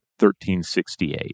1368